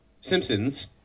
Simpsons